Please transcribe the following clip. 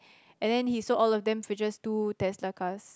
and then he sold all of them for just two Tesla cars